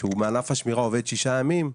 כשהוא מענף השמירה, עובד שישה ימים,